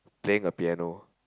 playing a piano